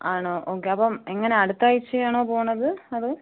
ആണോ ഓക്കെ അപ്പം എങ്ങനെ അടുത്ത ആഴ്ചയാണോ പോവുന്നത് അതോ